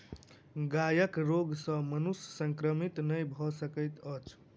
गायक रोग सॅ मनुष्य संक्रमित नै भ सकैत अछि